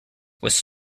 was